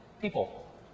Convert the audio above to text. people